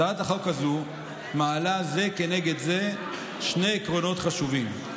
הצעת החוק הזו מעלה זה כנגד זה שני עקרונות חשובים: